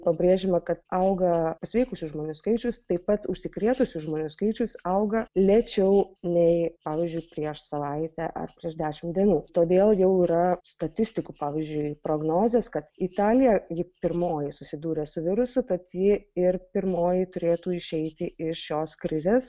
pabrėžiama kad auga pasveikusių žmonių skaičius taip pat užsikrėtusių žmonių skaičius auga lėčiau nei pavyzdžiui prieš savaitę ar prieš dešimt dienų todėl jau yra statistikų pavyzdžiui prognozės kad italija ji pirmoji susidūrė su virusu tad ji ir pirmoji turėtų išeiti iš šios krizės